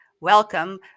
Welcome